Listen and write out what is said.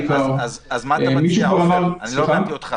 אז אולי נכניס את זה כאן.